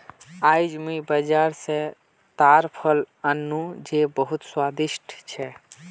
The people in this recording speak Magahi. आईज मुई बाजार स ताड़ फल आन नु जो बहुत स्वादिष्ट छ